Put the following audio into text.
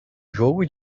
jogo